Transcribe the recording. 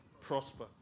prosper